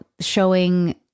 showing